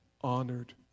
honored